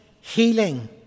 healing